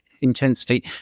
intensity